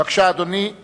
בבקשה, אדוני.